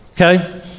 okay